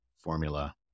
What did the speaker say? formula